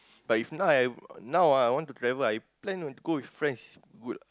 but if now I now ah I want to travel I plan to go with friends is good ah